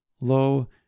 lo